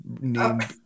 named